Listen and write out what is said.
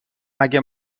مگه